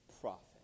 profit